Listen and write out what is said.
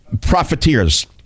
profiteers